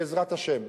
בעזרת השם: